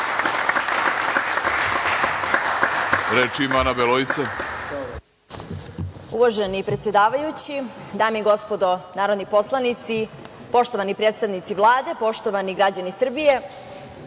Beloica Martać** Hvala. Uvaženi predsedavajući, dame i gospodo narodni poslanici, poštovani predstavnici Vlade, poštovani građani Srbije,